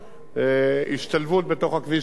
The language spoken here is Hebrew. השתלבות בתוך הכביש המהיר העתידי